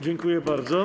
Dziękuję bardzo.